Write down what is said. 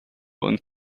und